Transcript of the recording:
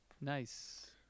nice